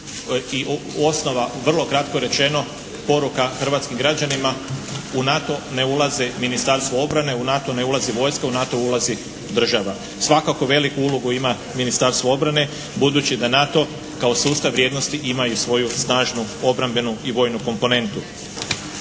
i ostala vrlo kratko rečeno poruka hrvatskim građanima u NATO ne ulaze Ministarstvo obrane, u NATO ne ulazi vojska, u NATO ulazi država. Svakako veliku ulogu ima Ministarstvo obrane budući da NATO kao sustav vrijednosti ima i svoju snažnu obrambenu i vojnu komponentu.